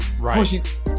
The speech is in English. Right